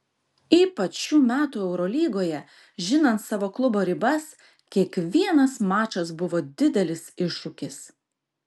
ypač šių metų eurolygoje žinant savo klubo ribas kiekvienas mačas buvo didelis iššūkis